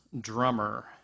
drummer